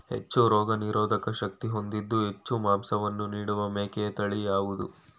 ಹೆಚ್ಚು ರೋಗನಿರೋಧಕ ಶಕ್ತಿ ಹೊಂದಿದ್ದು ಹೆಚ್ಚು ಮಾಂಸವನ್ನು ನೀಡುವ ಮೇಕೆಯ ತಳಿ ಯಾವುದು?